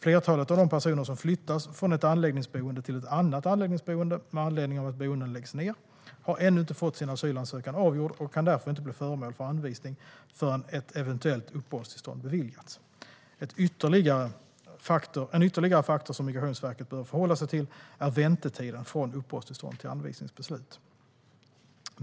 Flertalet av de personer som flyttas från ett anläggningsboende till ett annat anläggningsboende med anledning av att boenden läggs ned har ännu inte fått sin asylansökan avgjord och kan därför inte bli föremål för anvisning förrän ett eventuellt uppehållstillstånd beviljats. En ytterligare faktor som Migrationsverket behöver förhålla sig till är väntetiden från uppehållstillstånd till anvisningsbeslut.